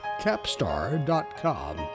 Capstar.com